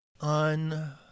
On